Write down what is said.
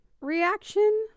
reaction